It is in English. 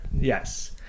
yes